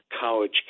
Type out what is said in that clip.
college